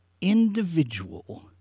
individual